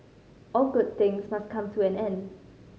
all good things must come to an end